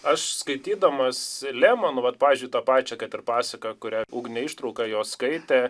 aš skaitydamas lemanu vat pavyzdžiui to pačio kad ir pasaką kurią ugnę ištrauką jos skaitė